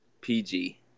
PG